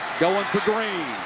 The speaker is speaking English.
going for green.